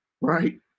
right